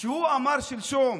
כשהוא אמר שלשום